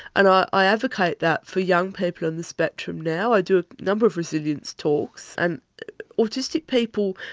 and i i advocate that for young people on the spectrum now, i do number of resilience talks. and autistic people,